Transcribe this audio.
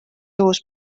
õhus